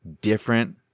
different